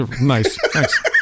Nice